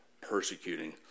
persecuting